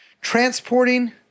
transporting